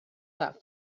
that